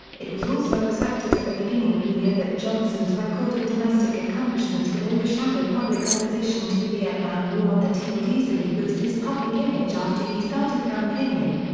it was also accepted at the beginning of the year that johnson's record of domestic accomplishments would overshadow public opposition to the vietnam war and that he would easily boost his public image after he started campaigning.